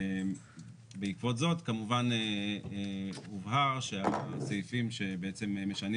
בעקבות זאת כמובן הובהר שהסעיפים שבעצם משנים